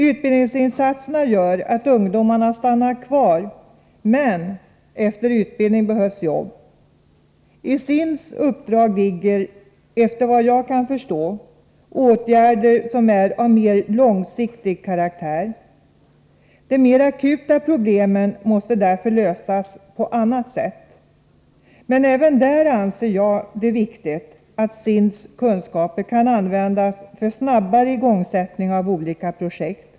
Utbildningsinsatserna gör att ungdomarna stannar kvar, men efter utbildning behövs jobb. I SIND:s uppdrag ligger, efter vad jag kan förstå, åtgärder som är av mer långsiktig karaktär. De mer akuta problemen måste därför lösas på annat sätt. Men även där anser jag det viktigt att SIND:s kunskaper kan användas för snabbare igångsättning av olika projekt.